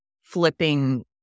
flipping